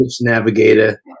Navigator